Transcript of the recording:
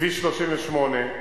כביש 38,